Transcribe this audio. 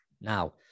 now